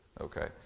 Okay